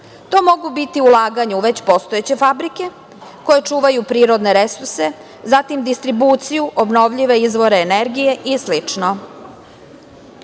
To mogu biti ulaganja u već postojeće fabrike koje čuvaju prirodne resurse, zatim distribuciju, obnovljive izvore energije i sl.Ova